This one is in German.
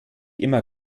immer